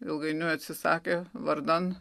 ilgainiui atsisakė vardan